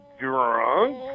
drunk